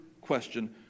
question